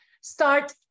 start